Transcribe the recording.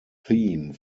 theme